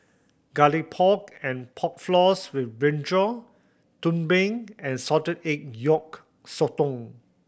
Garlic Pork and Pork Floss with brinjal tumpeng and salted egg yolk sotong